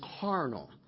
carnal